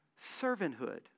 servanthood